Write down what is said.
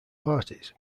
parties